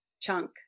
chunk